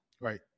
Right